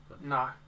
No